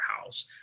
house